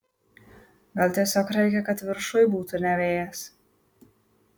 gal tiesiog reikia kad viršuj būtų ne vėjas